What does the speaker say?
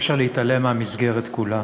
אי-אפשר להתעלם מהמסגרת כולה.